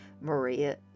Maria